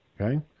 okay